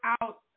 out